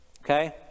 Okay